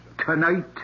tonight